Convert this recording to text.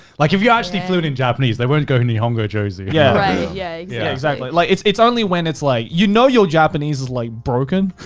like if you actually fluent in japanese, they weren't going to nihongo josie. yeah, yeah yeah exactly. like it's it's only when it's like, you know, your japanese is like broken.